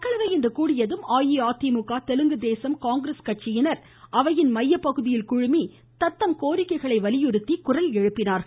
மக்களவை இன்று கூடியதும் அஇஅதிமுக தெலுங்கு தேசம் காங்கிரஸ் கட்சியினர் அவையின் மையப் பகுதியில் குழுமி தத்தம் கோரிக்கைகளை வலியுறுத்தி குரல் எழுப்பினார்கள்